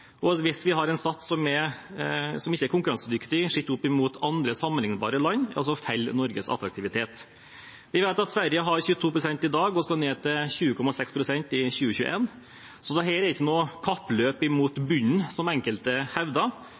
og hvis vi har en sats som ikke er konkurransedyktig sett opp mot andre sammenlignbare land, faller Norges attraktivitet. Vi vet at Sverige har 22 pst. i dag og skal ned til 20,6 pst. i 2021, så dette er ikke noe kappløp mot bunnen, som enkelte